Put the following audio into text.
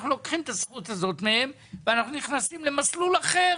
אנחנו לוקחים את הזכות הזאת מהם ואנחנו נכנסים למסלול אחר.